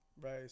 Right